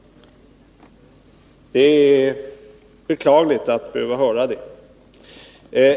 Det är beklagligt att behöva höra detta.